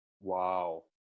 Wow